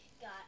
got